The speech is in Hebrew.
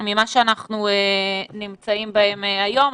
מכפי שאנחנו נמצאים בהן היום.